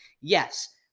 Yes